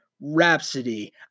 Rhapsody